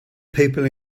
people